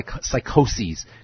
psychoses